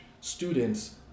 students